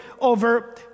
over